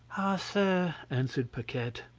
ah! sir, answered paquette,